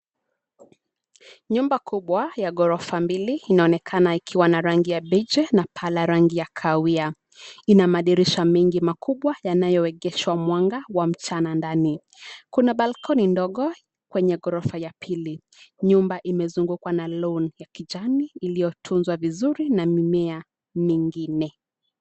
Nyumba kubwa ya gorofa mbili inaonekana ikiwa na rangi ya beige na paa la rangi ya kahawia. Ina madirisha mengi makubwa yanayoegeshwa mwanga wa mchana ndani. Kuna balcony ndogo kwenye ghorofa ya pili nyumba imezungukwa na lawn ya kijani iliyotunzwa vizuri na mimea mingine.